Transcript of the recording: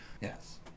Yes